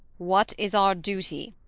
what is our duty?